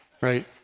Right